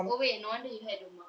oh wait no wonder you had the mark